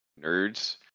nerds